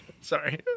sorry